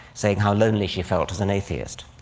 saying how lonely she felt as an atheist.